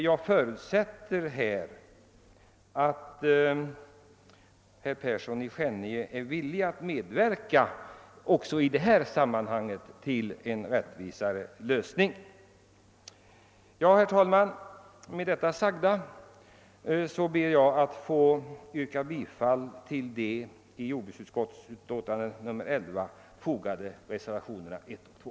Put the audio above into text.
Jag förutsätter att herr Persson i Skänninge är villig att medverka också i detta sammanhang till en rättvisare lösning. Med det sagda, herr talman, ber jag att få yrka bifall till de vid jordbruksutskottets utlåtande nr 11 fogade reservationerna 1 och 2.